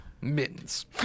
mittens